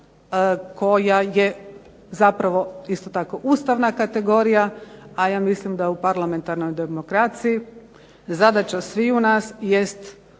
koja je zapravo isto tako ustavna kategorija, a ja mislim da u parlamentarnoj demokraciji zadaća sviju nas jest